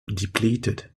depleted